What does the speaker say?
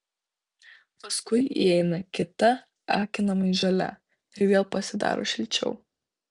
paskui įeina kita akinamai žalia ir vėl pasidaro šilčiau